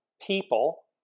people